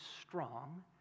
strong